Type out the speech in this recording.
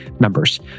members